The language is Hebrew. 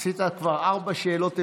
עשית כבר ארבע שאלות המשך.